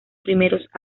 primeros